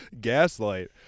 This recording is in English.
gaslight